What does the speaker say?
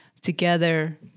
together